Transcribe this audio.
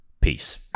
Peace